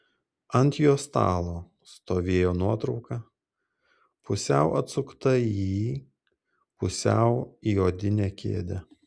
ant jo stalo stovėjo nuotrauka pusiau atsukta į jį pusiau į odinę kėdę